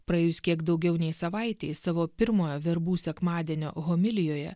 praėjus kiek daugiau nei savaitei savo pirmojo verbų sekmadienio homilijoje